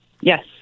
Yes